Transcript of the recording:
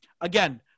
Again